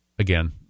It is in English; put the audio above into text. again